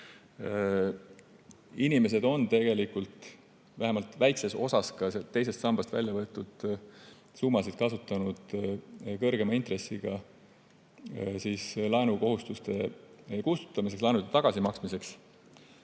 Inimesed on tegelikult, vähemalt väikeses osas, ka teisest sambast väljavõetud summasid kasutanud suurema intressiga laenukohustuste kustutamiseks, laenude tagasimaksmiseks.